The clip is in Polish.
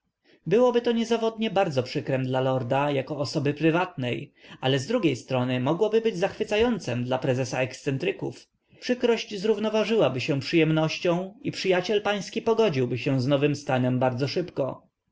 byłoby to niezawodnie bardzo przykrem dla lorda jako osoby prywatnej ale z drugiej strony mogłoby być zachwycającem dla prezesa ekscentryków przykrość zrównoważyłaby się przyjemnością i przyjaciel pański pogodziłby się z nowym stanem bardzo